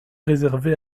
réservés